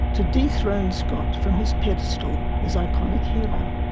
to dethrone scott from his pedestal as iconic hero.